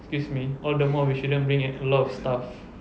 excuse me all the more we shouldn't bring a lot of stuff